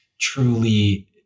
truly